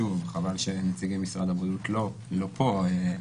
חבל שנציגי משרד הבריאות לא פה,